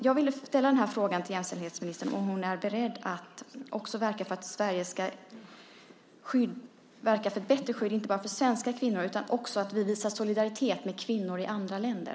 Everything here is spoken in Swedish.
Jag vill därför fråga jämställdhetsministern om hon är beredd att verka för att Sverige ska arbeta inte bara för ett bättre skydd för svenska kvinnor utan även för att visa solidaritet med kvinnor i andra länder.